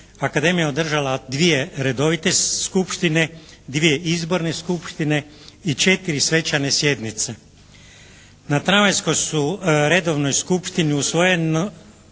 Akademija je održala dvije redovite skupštine, dvije izborne skupštine i četiri svečane sjednice. Na travanjsku su redovnoj skupštini usvojeno